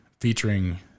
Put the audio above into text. featuring